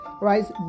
right